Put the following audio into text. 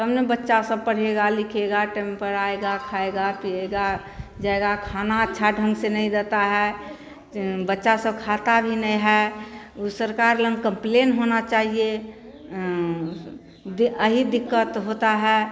तब ना बच्चा सब पढ़ेगा लिखेगा टेम्पर आएगा खाएगा पिएगा जाएगा खाना अच्छे ढंग से नहीं देता है बच्चा सब खाता भी नहीं है उ सरकार लोग कम्प्लेन होना चाहिए दे अहि दिक़्क़त होती है